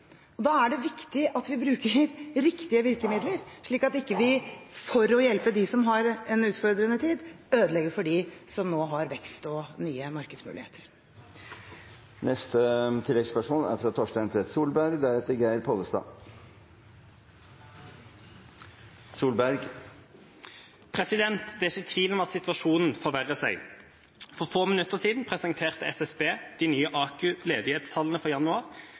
Da er det viktig at vi bruker riktige virkemidler, slik at vi ikke for å hjelpe dem som har en utfordrende tid, ødelegger for dem som nå har vekst og nye markedsmuligheter. Torstein Tvedt Solberg – til oppfølgingsspørsmål. Det er ikke tvil om at situasjonen forverrer seg. For få minutter siden presenterte SSB de nye AKU-ledighetstallene for januar.